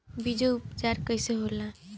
बीजो उपचार कईसे होला?